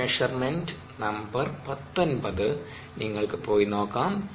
H measurement number 19 നിങ്ങൾക്ക് പോയി നോക്കാം